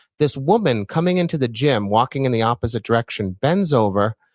this woman coming into the gym, walking in the opposite direction, bends over,